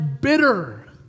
bitter